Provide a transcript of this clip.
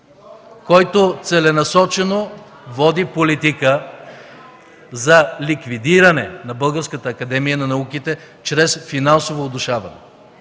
който целенасочено води политика за ликвидиране на Българската академия на науките чрез финансово удушаване